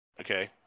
Okay